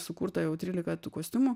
sukurta jau trylika tų kostiumų